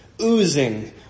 oozing